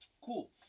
Cool